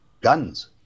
guns